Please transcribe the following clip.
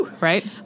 right